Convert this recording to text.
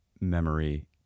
memory